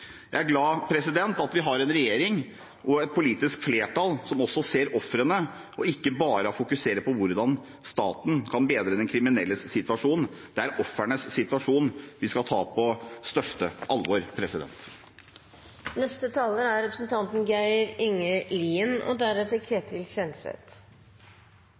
Jeg er glad for at vi har en regjering og et politisk flertall som også ser ofrene, og ikke bare fokuserer på hvordan staten kan bedre den kriminelles situasjon. Det er ofrenes situasjon vi skal ta på største alvor. Vi behandlar i dag ei sak om ny opptrappingsplan mot vald og overgrep. Det er